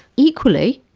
equally,